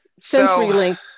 CenturyLink